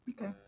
Okay